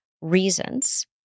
reasons